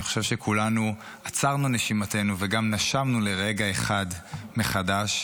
אני חושב שכולנו עצרנו את נשימתנו וגם נשמנו לרגע אחד מחדש,